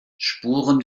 spuren